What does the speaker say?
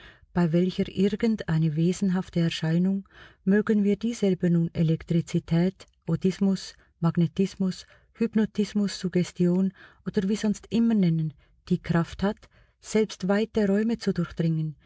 bei welcher irgend eine wesenhafte erscheinung mögen wir dieselbe nun elektrizität odismus magnetismus hypnotismus suggestion oder wie sonst immer nennen die kraft hat selbst weite räume zu durchdringen